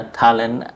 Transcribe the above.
talent